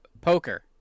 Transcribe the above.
Poker